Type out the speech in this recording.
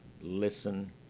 listen